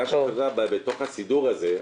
מה שקרה בתוך הסידור הזה,